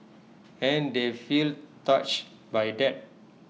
and they feel touched by that